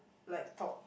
like top